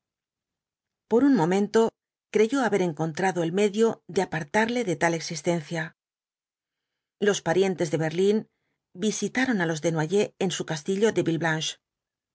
por un momento creyó haber encontrado el medio de apartarle de tal existencia los parientes de berlín visitaron á los desnoyers en su castillo de